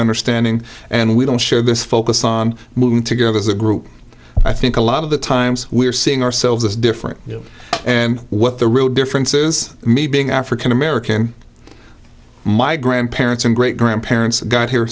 understanding and we don't share this focus on moving together as a group i think a lot of the times we're seeing ourselves as different you know and what the real differences me being african american my grandparents and great grandparents got here